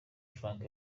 franck